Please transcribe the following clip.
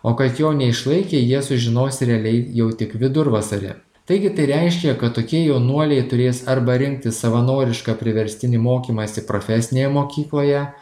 o kad jo neišlaikė jie sužinos realiai jau tik vidurvasarį taigi tai reiškia kad tokie jaunuoliai turės arba rinktis savanorišką priverstinį mokymąsi profesinėje mokykloje